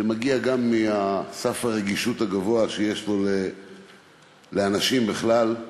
שמגיע גם מסף הרגישות הגבוה שיש לו לאנשים בכלל.